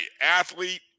athlete